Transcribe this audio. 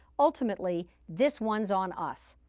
ultimately this one's on us.